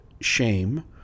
shame